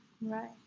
Right